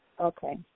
Okay